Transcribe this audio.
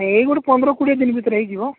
ଏଇ ଗୋଟେ ପନ୍ଦର କୋଡ଼ିଏ ଦିନ ଭିତରେ ହୋଇଯିବ